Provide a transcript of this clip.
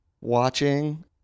watching